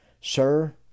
Sir